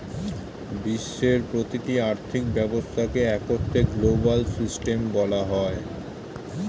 বিশ্বের প্রতিটি আর্থিক ব্যবস্থাকে একত্রে গ্লোবাল সিস্টেম বলা হয়